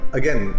again